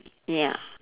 ya